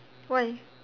why